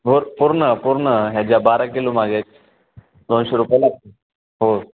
हो पूर्ण पूर्ण ह्याच्या बारा किलो मागे दोनशे रुपये लागतील हो